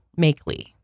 Makeley